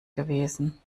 gewesen